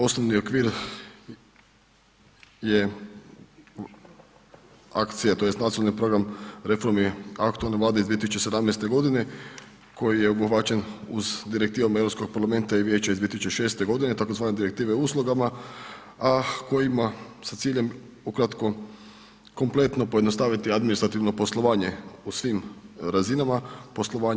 Osnovni okvir je akcija, tj. nacionalni program reformi aktualne Vlade iz 2017. godine koji je obuhvaćen uz Direktive EU parlamenta i Vijeća iz 2006. godine, tzv. Direktive o uslugama, a kojima sa ciljem u kratko kompletno pojednostaviti administrativno poslovanje u svim razinama poslovanja.